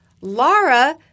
Laura